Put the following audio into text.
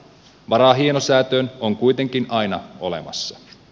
varaa hienosäätöön on kuitenkin aina olemassa